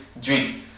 drink